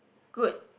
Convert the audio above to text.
good